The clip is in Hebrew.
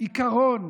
עיקרון